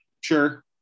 sure